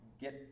get